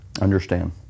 understand